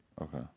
Okay